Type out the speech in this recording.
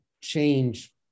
change